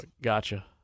Gotcha